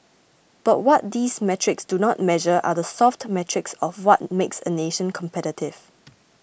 but what these metrics do not measure are the soft metrics of what makes a nation competitive